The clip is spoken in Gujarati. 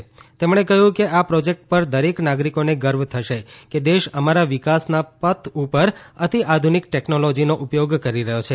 પ્રધાનમંત્રીએ કહ્યું કે આ પ્રોજેક્ટ પર દરેક નાગરિકોને ગર્વ થશે કે દેશ અમારા વિકાસના પંથ ઉપર અતિઆધ્રનિક ટેક્નોલોજીનો ઉપયોગ કરી રહ્યો છે